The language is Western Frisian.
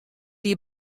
die